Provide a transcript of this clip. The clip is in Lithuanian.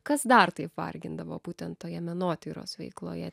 kas dar taip vargindavo būtent toje menotyros veikloje